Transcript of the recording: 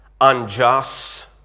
unjust